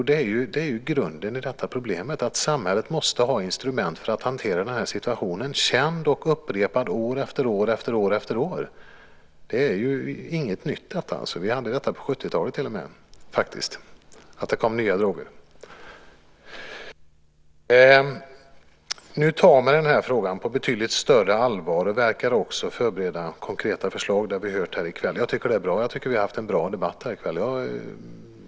Det är ju grunden i detta problem att samhället måste ha instrument för att hantera denna situation, känd och upprepad år efter år. Detta är inget nytt. Vi hade detta problem till och med på 70-talet att det kom nya droger. Nu tar man den här frågan på betydligt större allvar och verkar också förbereda konkreta förslag. Det har vi hört här i kväll. Jag tycker att det är bra. Jag tycker att vi har haft en bra debatt här i kväll.